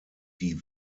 die